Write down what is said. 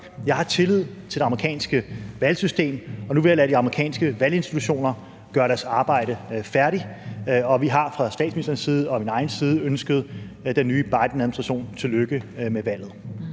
jeg har tillid til det amerikanske valgsystem. Nu vil jeg lade de amerikanske valginstitutioner gøre deres arbejde færdigt. Vi har fra statsministerens side og min egen side ønsket den nye Bidenadministration tillykke med valget.